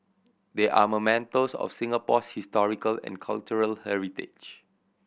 they are mementos of Singapore's historical and cultural heritage